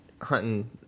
hunting